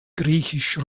griechisch